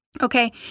okay